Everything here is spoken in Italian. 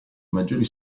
maggiori